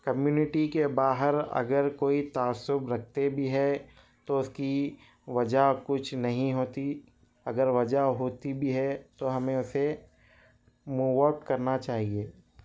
community کے باہراگر کوئی تعصب رکھتے بھی ہے تو اس کی وجہ کچھ نہیں ہوتی اگر وجہ ہوتی بھی ہے تو ہمیں اسے موو اپ کرنا چاہیے